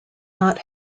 not